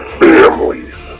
families